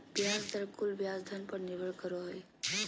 ब्याज दर कुल ब्याज धन पर निर्भर करो हइ